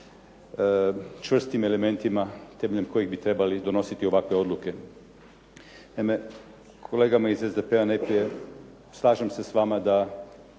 čvrstim elementima temeljem kojih bi trebali donositi ovakve odluke. Naime, kolegama iz SDP-a najprije slažem se s vama da,